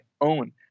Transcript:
own